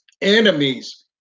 enemies